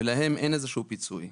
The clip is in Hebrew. ולהם אין איזשהו פיצוי.